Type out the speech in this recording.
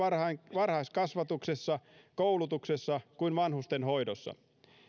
varhaiskasvatuksessa koulutuksessa kuin vanhustenhoidossa